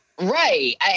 Right